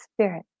spirit